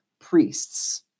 priests